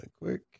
quick